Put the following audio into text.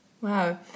Wow